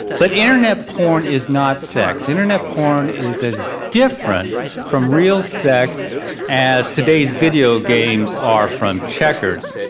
but internet porn is not sex. internet porn is as different from real sex as today's video games are from checkers.